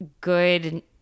good